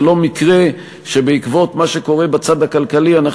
זה לא מקרה שבעקבות מה שקורה בצד הכלכלי אנחנו